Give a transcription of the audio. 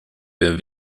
wir